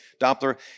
Doppler